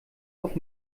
auf